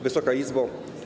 Wysoka Izbo!